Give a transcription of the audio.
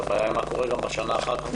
הבעיה היא מה יקרה בשנה אחר כך.